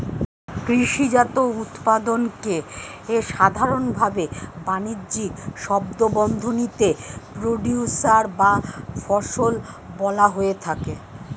কৃষিজাত উৎপাদনকে সাধারনভাবে বানিজ্যিক শব্দবন্ধনীতে প্রোডিউসর বা ফসল বলা হয়ে থাকে